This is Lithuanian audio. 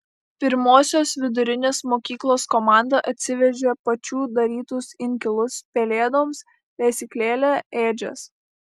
pirmosios vidurinės mokyklos komanda atsivežė pačių darytus inkilus pelėdoms lesyklėlę ėdžias